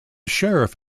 sheriff